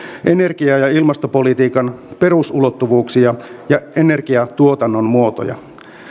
energia ja ilmastopolitiikan perusulottuvuuksia ja energiantuotannon muotoja